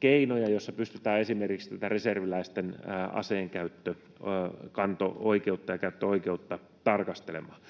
keinoja, joissa pystytään esimerkiksi tätä reserviläisten aseenkanto-oikeutta ja -käyttöoikeutta tarkastelemaan.